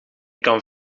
kan